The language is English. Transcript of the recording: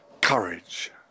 courage